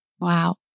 Wow